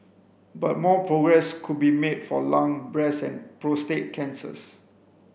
but more progress could be made for lung breast and prostate cancers